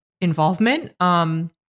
involvement